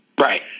Right